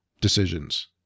decisions